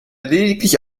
lediglich